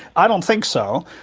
i don't think so.